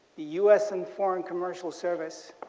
the u s. and foreign commercial service